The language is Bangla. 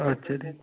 আচ্ছা